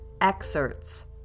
excerpts